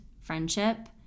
friendship